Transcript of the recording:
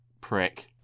prick